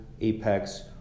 Apex